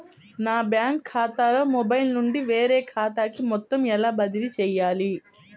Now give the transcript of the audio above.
నా బ్యాంక్ ఖాతాలో మొబైల్ నుండి వేరే ఖాతాకి మొత్తం ఎలా బదిలీ చేయాలి?